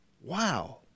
Wow